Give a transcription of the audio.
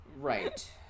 Right